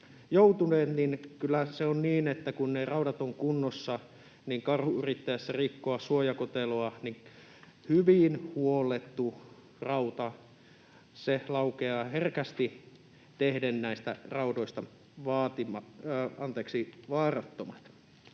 joutuneet, niin kyllä se on niin, että kun ne raudat ovat kunnossa, niin karhun yrittäessä rikkoa suojakoteloa hyvin huollettu rauta laukeaa herkästi tehden näistä raudoista vaarattomat.